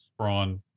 sprawn